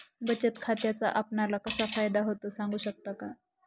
बचत खात्याचा आपणाला कसा फायदा होतो? सांगू शकता का?